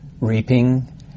Reaping